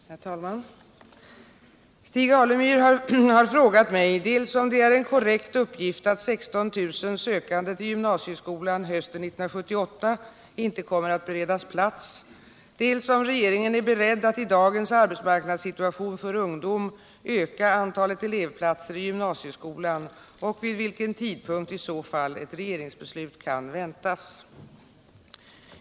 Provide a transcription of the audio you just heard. Herr talman! Stig Alemyr har frågat mig dels om det är en korrekt uppgift att 16 000 sökande till gymnasieskolan hösten 1978 inte kommer att beredas plats, dels om regeringen är beredd att i dagens arbetsmarknadssituation för ungdom öka antalet elevplatser i gymnasieskolan och vid vilken tidpunkt i så fall ett regeringsbeslut kan väntas.